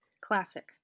Classic